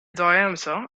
diameter